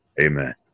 Amen